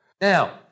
Now